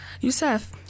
Youssef